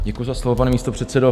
Děkuji za slovo, pane místopředsedo.